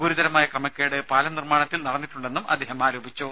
ഗുരുതരമായ ക്രമക്കേട് പാലം നിർമ്മാണത്തിൽ നടന്നിട്ടുണ്ടെന്നും അദ്ദേഹം ആരോപിച്ചു